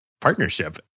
partnership